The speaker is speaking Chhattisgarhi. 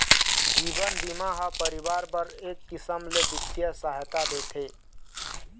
जीवन बीमा ह परिवार बर एक किसम ले बित्तीय सहायता देथे